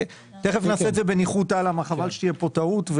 תכף נעשה את זה בניחותא כי חבל שתהיה כאן טעות.